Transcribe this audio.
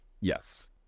yes